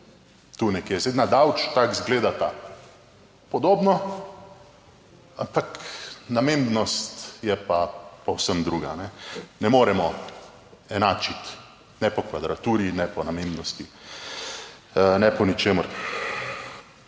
tu nekje. Zdaj na daleč tako izgledata podobno, ampak namembnost je pa povsem druga. Ne moremo enačiti ne po kvadraturi ne po namembnosti ne po ničemer.